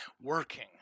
working